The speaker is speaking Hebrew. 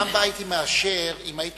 בפעם הבאה, הייתי מאשר אם היית